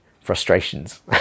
frustrations